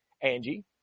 Angie